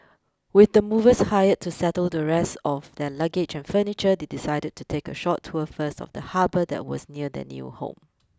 with the movers hired to settle the rest of their luggage and furniture they decided to take a short tour first of the harbour that was near their new home